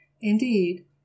indeed